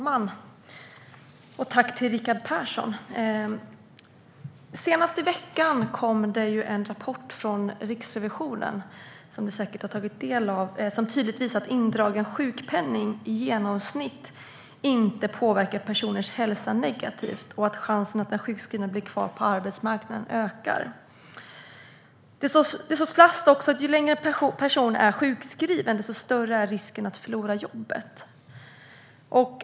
Herr talman! Jag tackar Rickard Persson. I veckan kom det en rapport från Riksrevisionen som ni säkert har tagit del av. Den visar tydligt att indragen sjukpenning i genomsnitt inte påverkar personers hälsa negativt och att chansen att den sjukskrivna blir kvar på arbetsmarknaden ökar. Det slås också fast att ju längre en person är sjukskriven, desto större är risken att förlora jobbet.